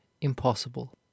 impossible